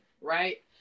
right